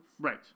Right